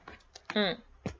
hmm